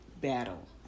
battle